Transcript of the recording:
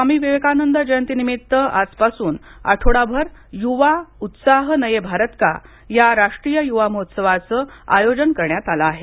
स्वामी विवेकानंद जयंतीनिमित्त आजपासून आठवडाभर युवा उत्साह नये भारत का या राष्ट्रीय युवा महोत्सवाचं आयोजन करण्यात आलं आहे